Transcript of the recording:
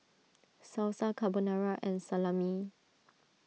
Salsa Carbonara and Salami